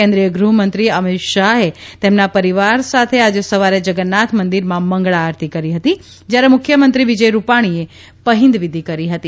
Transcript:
કેન્દ્રીય ગ્રહમંત્રી અમિત શાહે તેમના પરિવાર સાથે આજે સવારે જગન્નાથ મંદિરમાં મંગળા આરતી કરી હતી જ્યારે મુખ્યમંત્રી વિજય રૂપાણીએ પહિંદ વીધી કરી હતી